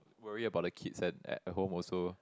worry about the kids and at home also